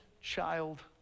child